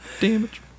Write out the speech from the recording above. damage